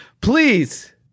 Please